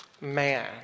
man